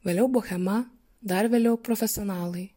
vėliau bohema dar vėliau profesionalai